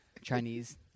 Chinese